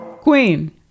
Queen